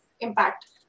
impact